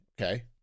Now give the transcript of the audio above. Okay